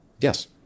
Yes